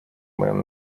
моем